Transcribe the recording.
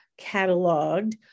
cataloged